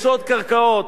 שוד קרקעות.